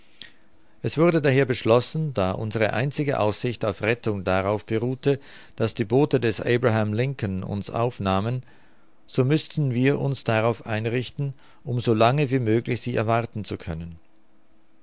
es wurde daher beschlossen da unsere einzige aussicht auf rettung darauf beruhte daß die boote des abraham lincoln uns aufnahmen so müßten wir uns darauf einrichten um so lange wie möglich sie erwarten zu können